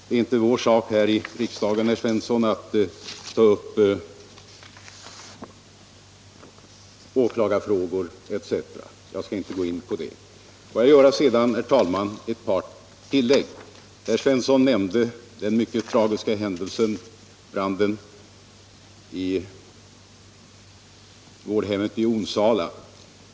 Det är inte vår sak, herr Svensson, att i riksdagen ta upp åklagarfrågor, och jag skall inte närmare gå in på dem. Får jag sedan, herr talman, göra ett tillägg. Herr Svensson nämnde den mycket tragiska branden i vårdhemmet i Onsala.